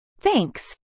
Thanks